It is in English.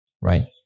right